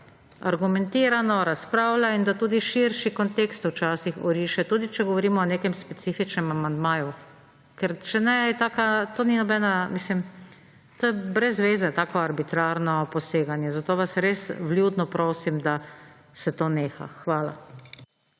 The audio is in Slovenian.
argumentirano razpravlja in da tudi širši kontekst včasih oriše, tudi če govorimo o nekem specifičnem amandmaju. Ker če ne je taka, to ni nobena, mislim, to je brezveze tako arbitrarno poseganje, zato vas res vljudno prosim, da se to neha. Hvala.